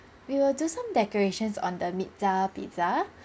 we will do some decorations on the meat-za pizza